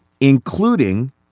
including